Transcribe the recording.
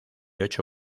ocho